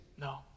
No